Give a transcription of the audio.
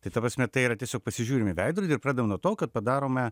tai ta prasme tai yra tiesiog pasižiūrim į veidrodį ir pradedam nuo to kad padarome